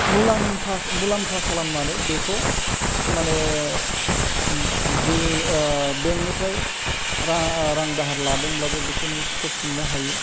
मुलाम्फा खालामनानै बेखौ माने जि बेंकनिफ्राय रा रां दाहार लादोंब्लाबो बेखौ नों सुख'फिननो हायो